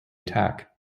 attack